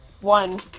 One